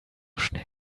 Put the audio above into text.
schnell